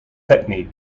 technique